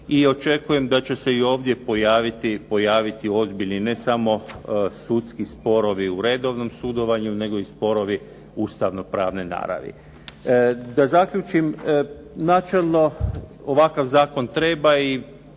očekujem da će se i ovdje pojaviti ozbiljni ne samo sudski sporovi u redovnom sudovanju nego i sporovi ustavno-pravne naravi. Da zaključim, načelno ovakav zakon treba i